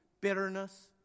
bitterness